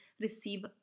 receive